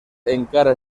encara